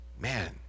Man